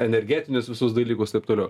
energetinius visus dalykus taip toliau